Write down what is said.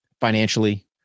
financially